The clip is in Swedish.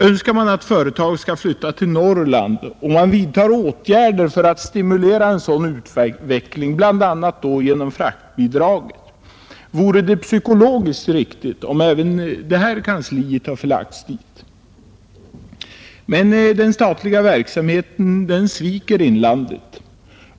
Önskar man att företag skall flytta till Norrland och vidtar åtgärder för att stimulera en sådan utveckling, bl.a. genom fraktbidraget, vore det psykologiskt riktigt att även det här kansliet hade förlagts dit. Men den statliga verksamheten sviker inlandet.